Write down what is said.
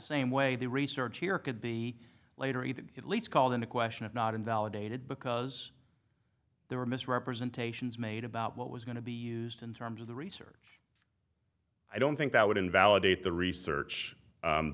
same way the research here could be later either at least called into question if not invalidated because there were misrepresentations made about what was going to be used in terms of the research i don't think that would invalidate the research